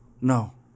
No